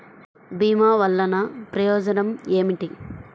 భీమ వల్లన ప్రయోజనం ఏమిటి?